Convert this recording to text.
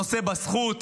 נושא בזכות,